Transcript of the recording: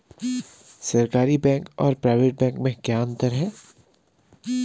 सरकारी बैंक और private bank में क्या क्या अंतर हैं?